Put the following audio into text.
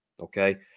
Okay